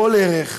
כל ערך,